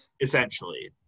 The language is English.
essentially